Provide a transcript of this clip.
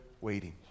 waiting